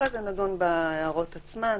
אחרי זה נדון בהערות עצמן.